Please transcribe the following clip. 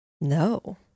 No